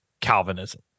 Calvinism